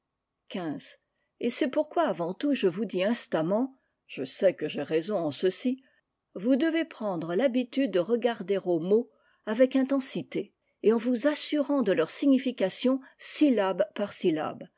et c'est pourquoi avant tout je vous dis instamment je sais quej'ai raison en ceci i vous devez prendre l'habitude de regarder aux mots avec intensité et en vous assurant de leur signification syllabe par syllabe